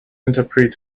interpret